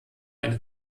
eine